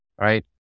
Right